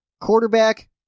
quarterback